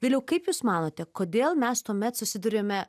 viliau kaip jūs manote kodėl mes tuomet susiduriame